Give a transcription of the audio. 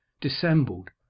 dissembled